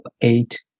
eight